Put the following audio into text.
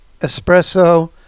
Espresso